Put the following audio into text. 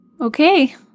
Okay